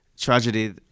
tragedy